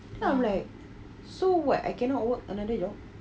then I'm like so what I cannot work another job ya